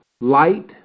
light